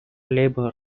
labour